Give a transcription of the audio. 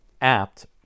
apt